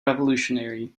revolutionary